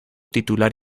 titular